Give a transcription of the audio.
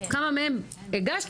כמה מהם הגשתם,